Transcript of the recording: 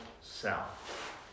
South